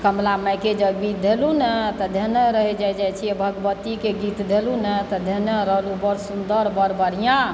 कमला माइके जँ गीत धयलहुँ ने धेने रहि जाइ जाइ छियै भगवतीके गीत धेलुँ ने तऽ धेने रहलहुँ बड़ सुन्दर बड़ बढ़िआँ